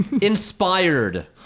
Inspired